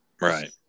Right